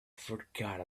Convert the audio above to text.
forgot